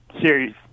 series